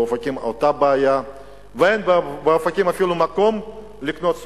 באופקים יש אותה בעיה ואין באופקים אפילו מקום לקנות סושי.